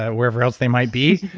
ah wherever else they might be,